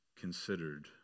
considered